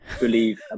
believe